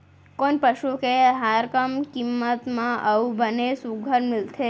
कोन पसु के आहार कम किम्मत म अऊ बने सुघ्घर मिलथे?